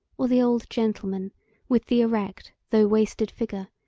or the old gentleman with the erect though wasted figure,